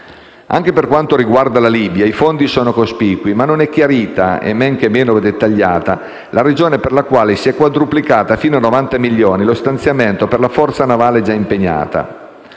Anche per quanto riguarda la Libia i fondi sono cospicui, ma non è chiarita, e men che meno dettagliata, la ragione per la quale si è quadruplicato fino a 90 milioni lo stanziamento per la forza navale già impegnata.